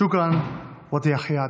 שוכרן (אומר בערבית: